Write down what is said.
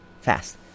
Fast